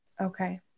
Okay